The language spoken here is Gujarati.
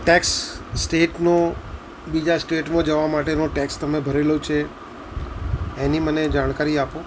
ટેક્સ સ્ટેટનો બીજા સ્ટેટમાં જવા માટેનો ટેક્સ તમે ભરેલો છે એની મને જાણકારી આપો